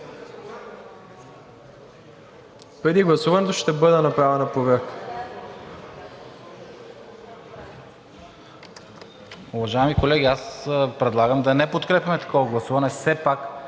Преди гласуването ще бъде направена проверка.